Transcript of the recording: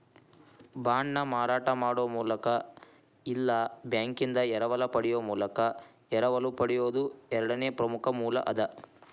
ಬಾಂಡ್ನ ಮಾರಾಟ ಮಾಡೊ ಮೂಲಕ ಇಲ್ಲಾ ಬ್ಯಾಂಕಿಂದಾ ಎರವಲ ಪಡೆಯೊ ಮೂಲಕ ಎರವಲು ಪಡೆಯೊದು ಎರಡನೇ ಪ್ರಮುಖ ಮೂಲ ಅದ